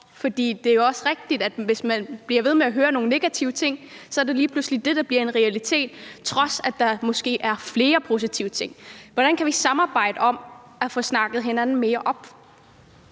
For det er jo også rigtigt, at det, hvis man bliver ved med at høre nogle negative ting, så lige pludselig er det, der bliver en realitet, på trods af at der måske er flere positive ting. Hvordan kan vi samarbejde om at få snakket hinanden mere op?